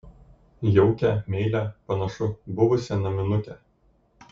jaukią meilią panašu buvusią naminukę